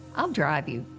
i'll drive you.